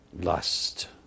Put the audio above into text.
lust